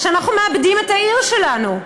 שאנחנו מאבדים את העיר שלנו.